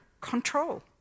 control